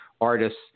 artists